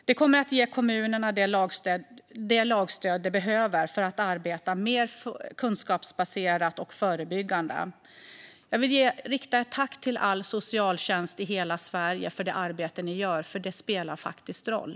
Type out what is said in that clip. Det kommer att ge kommunerna det lagstöd de behöver för att arbeta mer kunskapsbaserat och förebyggande. Jag vill rikta ett tack till all socialtjänst i hela Sverige för det arbete ni gör, för det spelar faktiskt roll.